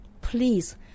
please